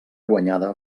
guanyada